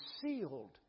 sealed